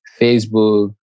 Facebook